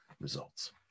results